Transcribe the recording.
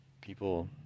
people